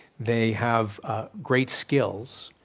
they have great skills,